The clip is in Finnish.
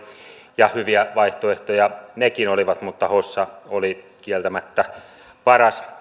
ja hyviä vaihtoehtoja nekin olivat mutta hossa oli kieltämättä paras